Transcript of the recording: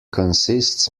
consists